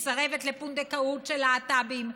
היא מסרבת לפונדקאות של להט"בים.